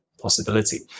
possibility